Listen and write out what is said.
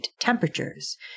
temperatures